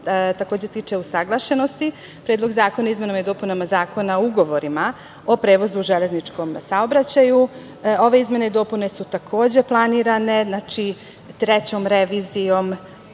takođe tiče usaglašenosti, Predlog zakona o izmenama i dopunama Zakona o ugovorima o prevozu železničkom saobraćaju. Ove izmene i dopune su takođe planirane trećom revizijom